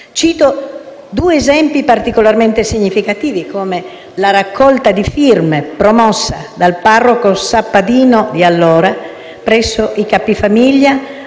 Cito due esempi particolarmente significativi, come la raccolta di firme promossa dal parroco sappadino di allora, presso i capifamiglia